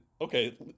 okay